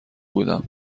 بودم